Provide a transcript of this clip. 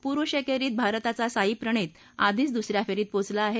पुरुष एकेरीत भारताचा साईप्रणित आधीच दुस या फेरीत पोचला आहे